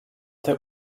der